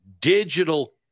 digital